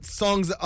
songs